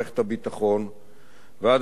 ועד ההשתלבות בחיים הפוליטיים,